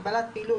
הגבלת פעילות),